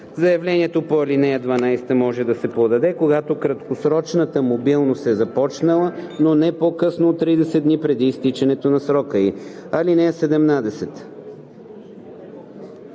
Заявлението по ал. 12 може да се подаде, когато краткосрочната мобилност е започнала, не по-късно от 30 дни преди изтичането на срока ѝ. (17)